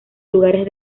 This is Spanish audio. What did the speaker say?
lugares